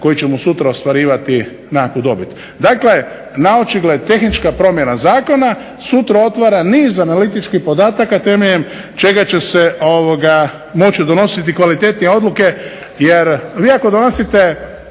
koji će mu sutra ostvarivati nekakvu dobit. Dakle, naočigled tehnička promjena zakona sutra otvara niz analitičkih podataka temeljem čega će se moći donositi kvalitetnije odluke jer vi ako donosite